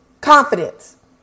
confidence